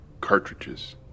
cartridges